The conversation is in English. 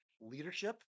leadership